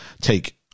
take